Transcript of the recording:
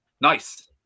nice